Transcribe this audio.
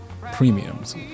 premiums